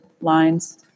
lines